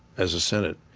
as a senate,